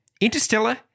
Interstellar